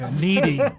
Needy